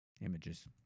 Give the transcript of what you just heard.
Images